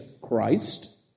Christ